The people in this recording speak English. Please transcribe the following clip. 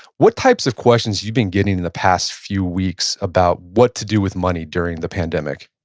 what types of questions you've been getting in the past few weeks about what to do with money during the pandemic?